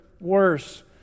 worse